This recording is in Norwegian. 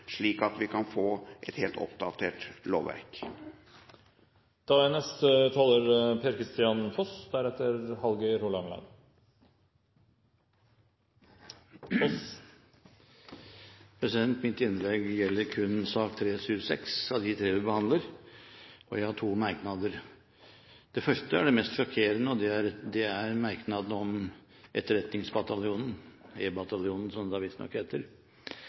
slik at vi kan få et helt oppdatert lovverk. Mitt innlegg gjelder kun Innst. 376 S, i en av de tre sakene vi behandler, og jeg har to merknader. Den første er den mest sjokkerende, og det er merknaden om Etterretningsbataljonen – E-bataljonen, som det visstnok